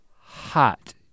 hot